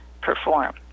perform